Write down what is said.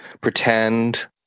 pretend